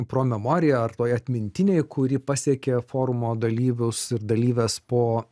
pro memoria ar toje atmintinėj kuri pasiekė forumo dalyvius ir dalyves po